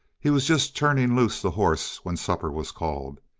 he was just turning loose the horse when supper was called.